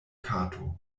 kato